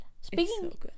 Speaking